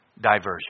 diversion